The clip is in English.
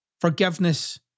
forgiveness